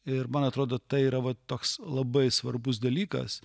ir man atrodo tai yra va toks labai svarbus dalykas